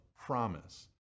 promise